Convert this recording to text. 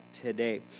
today